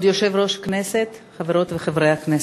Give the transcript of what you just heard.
כבוד יושב-ראש הכנסת, חברות וחברי הכנסת,